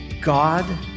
God